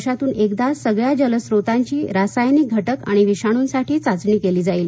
वर्षातून एकदा सगळ्या जलस्रोतांची रासायनिक घटक आणि विषाणूसाठी चाचणी केली जाईल